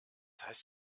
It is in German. heißt